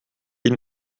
ihn